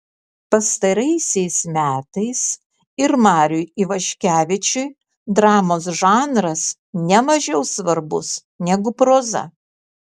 pastaraisiais metais ir mariui ivaškevičiui dramos žanras ne mažiau svarbus negu proza